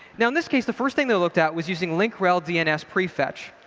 now in this case, the first thing they looked at was using link rel dns prefetch.